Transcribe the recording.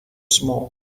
small